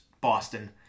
Boston